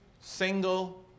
single